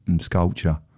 sculpture